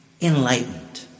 enlightened